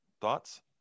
Thoughts